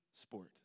sport